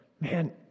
man